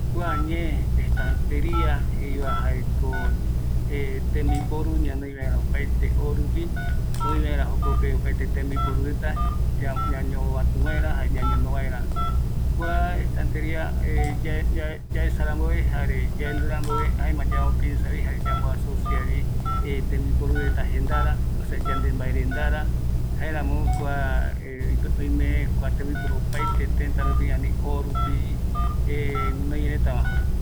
Kua ñee estanteria jeevako, jaeko tembiporu ñanoi vaera opaete oorupi, öivaera opaete tembiporu reta, ñañovatü vaera jare ñañono vaera kua estanteria yaesa ramboeve jare yeandu ramboeve jaemavi yambo piensa, yambo asosiavi, tembiporu reta jendara, osea yande mbaerendara, jaeramo kua oime kua tembi poru opaete tëtä rupi ani oorupi, guinoi reta va.